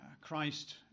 Christ